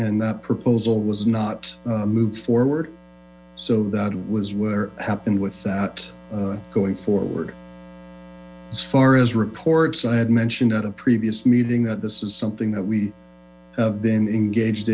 and that proposal was not moved forward so that was where happened with that going forward as far as reports i had mentioned at a previous meeting that this is something that we have been engaged